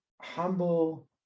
humble